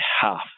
half